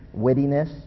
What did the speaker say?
wittiness